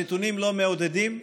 הנתונים לא מעודדים,